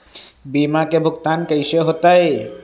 बीमा के भुगतान कैसे होतइ?